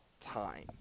time